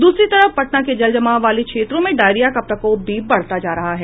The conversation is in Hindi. दूसरी तरफ पटना के जलजमाव वाले क्षेत्रों में डायरिया का प्रकोप भी बढ़ता जा रहा है